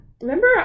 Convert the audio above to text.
Remember